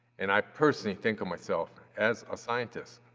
and i personally think of myself as a scientist.